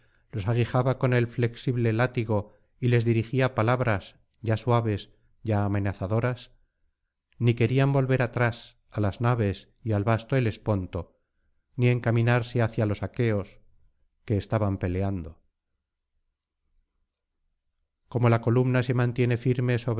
los aguijaba con el flexible látigo y les dirigía palabras ya suaves ya amenazadoras ni querían volver atrás á las naves y al vasto helesponto ni encaminarse hacia los aqueos que estaban peleando como la columna se mantiene firme